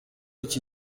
iki